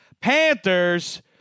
Panthers